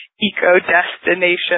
eco-destination